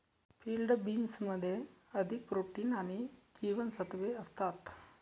field बीन्समध्ये अधिक protein आणि जीवनसत्त्वे असतात